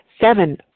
Seven